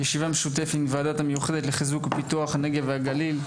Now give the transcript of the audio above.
ישיבה משותפת עם הוועדה המיוחדת לחיזוק ופיתוח הנגב והגליל,